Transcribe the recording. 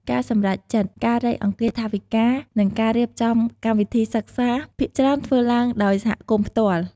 ការសម្រេចចិត្ត ការរៃអង្គាសថវិកា និងការរៀបចំកម្មវិធីសិក្សា ភាគច្រើនធ្វើឡើងដោយសហគមន៍ផ្ទាល់។